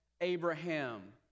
Abraham